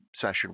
session